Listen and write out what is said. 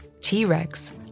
T-Rex